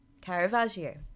Caravaggio